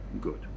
good